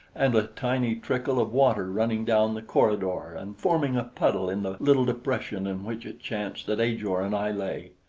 and a tiny trickle of water running down the corridor and forming a puddle in the little depression in which it chanced that ajor and i lay.